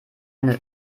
eine